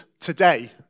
today